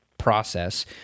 process